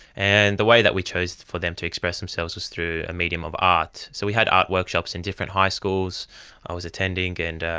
and the way that we chose for them to express themselves was through a medium of art. so we had art workshops in different high schools i was attending and